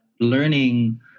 learning